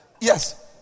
Yes